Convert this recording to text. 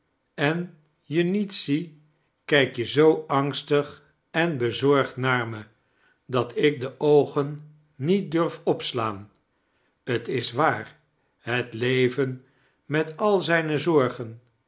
en je niet zie kijk je zoo angstig en bezorgd naar me dat ik de oogen niet durf opslaan t is waar het leven met al zijn zorgen